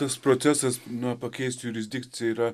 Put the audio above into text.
tas procesas na pakeist jurisdikciją yra